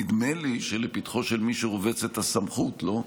נדמה לי שלפתחו של מי שרובצת הסמכות, לא?